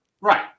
Right